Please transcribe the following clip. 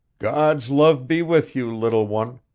god's love be with you, little one,